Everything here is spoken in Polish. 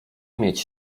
mieć